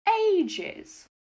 ages